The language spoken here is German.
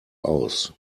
aus